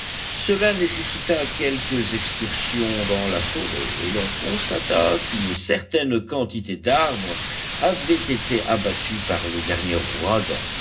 cela nécessita quelques excursions dans la forêt et l'on constata qu'une certaine quantité d'arbres avaient été abattus par le dernier ouragan